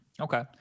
okay